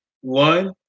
One